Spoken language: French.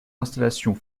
installations